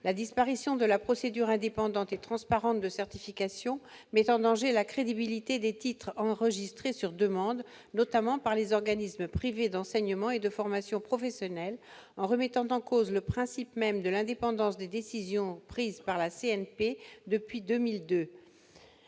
La disparition de la procédure indépendante et transparente de certification met en danger la crédibilité des titres enregistrés sur demande, notamment par les organismes privés d'enseignement et de formation professionnels : elle remet en cause le principe même de l'indépendance des décisions prises par la CNCP depuis 2002,